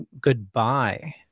goodbye